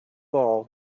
all